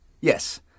Yes